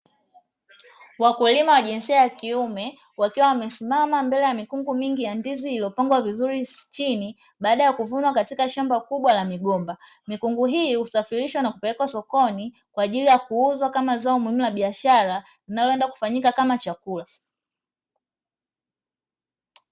Wakulima wa jinsia ya kiume wakiwa wamesimama mbele ya mikungu mingi ya ndizi iliyopangwa vizuri chini, baada ya kuvunwa katika shamba kubwa la migomba. Mikungu hii husafirisha na kupelekwa sokoni kwa ajili ya kuuzwa kama zao muhimu la biashara linaloenda kufanyika kama chakula.